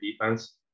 defense